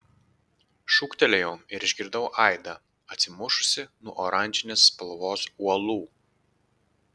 šūktelėjau ir išgirdau aidą atsimušusį nuo oranžinės spalvos uolų